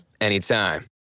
anytime